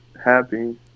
Happy